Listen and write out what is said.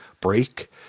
break